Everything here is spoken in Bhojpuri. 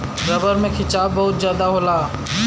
रबर में खिंचाव बहुत जादा होला